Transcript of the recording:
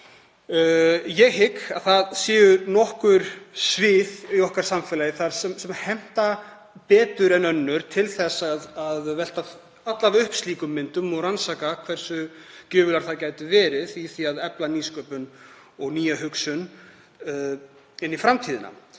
Ég hygg að það séu nokkur svið í samfélagi okkar sem henta betur en önnur til að velta upp slíkum hugmyndum og rannsaka hversu gjöfular þær gætu verið í því að efla nýsköpun og nýja hugsun inn í framtíðina.